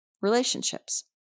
relationships